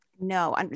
No